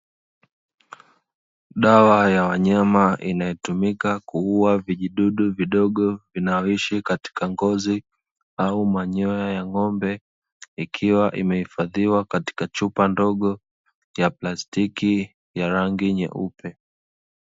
Dawa ya wanyama inayotumika kuua vijjidudu vidogo vinavyoishi katika ngozi au manyoya ya ng'ombe, ikiwa imehifadhiwa kwenye chupa ndogo ya plastiki ya rangi nyeupe.